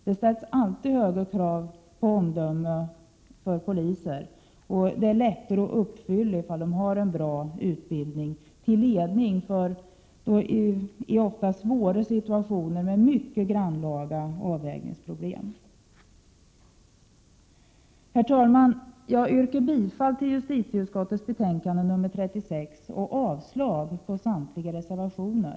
Det ställs alltid höga krav på polisens omdöme. Men det är lättare för polisen att uppfylla de krav som ställs om man får bra utbildning. Det gäller ju ofta svåra situationer med grannlaga avvägningsproblem. Jag yrkar bifall till hemställan i justitieutskottets betänkande 36 och avslag på samtliga reservationer.